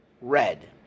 red